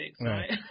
right